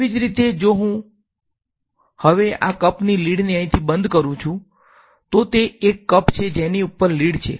તેવી જ રીતે જો હું હવે આ કપની લિડને અહીંથી બંધ કરું છું તો તે એક કપ છે જેની ઉપર લીડ છે